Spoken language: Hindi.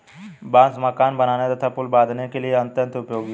बांस मकान बनाने तथा पुल बाँधने के लिए यह अत्यंत उपयोगी है